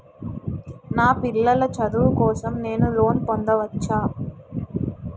నా పిల్లల చదువు కోసం నేను లోన్ పొందవచ్చా?